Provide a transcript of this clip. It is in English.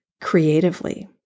creatively